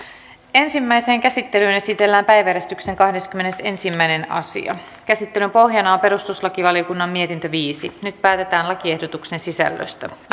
ensimmäiseen käsittelyyn esitellään päiväjärjestyksen kahdeskymmenesensimmäinen asia käsittelyn pohjana on perustuslakivaliokunnan mietintö viisi nyt päätetään lakiehdotuksen sisällöstä